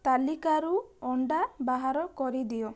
ତାଲିକାରୁ ଅଣ୍ଡା ବାହାର କରିଦିଅ